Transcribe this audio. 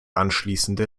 anschließende